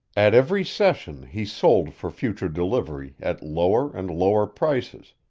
at every session he sold for future delivery at lower and lower prices,